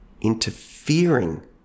interfering